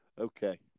Okay